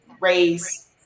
raise